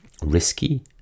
Risky